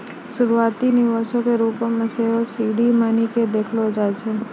शुरुआती निवेशो के रुपो मे सेहो सीड मनी के देखलो जाय छै